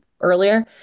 earlier